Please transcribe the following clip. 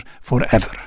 forever